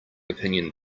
opinion